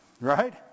Right